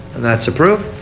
that is approved.